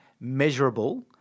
measurable